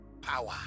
Power